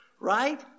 right